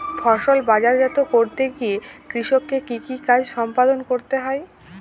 ফসল বাজারজাত করতে গিয়ে কৃষককে কি কি কাজ সম্পাদন করতে হয়?